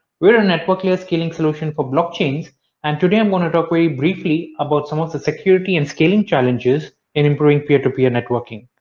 we're a network layer scaling solution for blockchains and today i'm gonna talk very briefly about some of the security and scaling challenges in improving peer-to-peer networking.